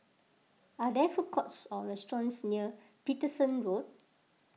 are there food courts or restaurants near Paterson Road